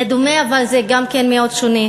זה דומה, אבל זה גם מאוד שונה,